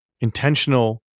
intentional